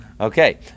Okay